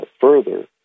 further